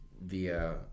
via